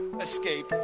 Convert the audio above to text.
escape